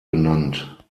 benannt